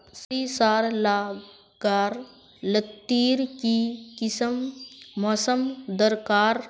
सरिसार ला गार लात्तिर की किसम मौसम दरकार?